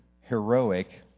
heroic